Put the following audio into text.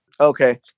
okay